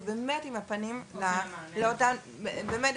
כי היא